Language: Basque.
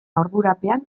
ardurapean